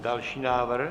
Další návrh?